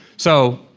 so,